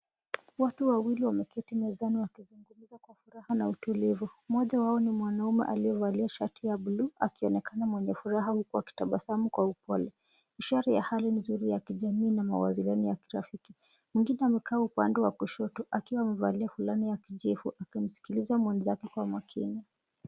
Watu wawili wameketi mezani wakizugumza kwa furaha na utulivu, mmoja wao ni mwananume aliyevalia shati ya [blue] akionekna mwenye furaha huku akitabasamu kwa upole ishari ya hali nzuri ya kijamii na mazingira ya kirafiki. Mwengine amekaa upande wa kushoto akiwa amevalia fulana kivjivu akisikiliza mwezake kwa makini.